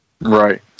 Right